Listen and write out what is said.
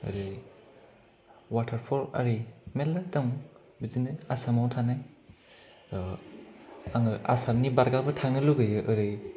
एरै अवाटारफल आरि मेल्ला दं बिदिनो आसाम आव थानाय आङो आसामनि बारगाबो थांनो लुगैयो ओरै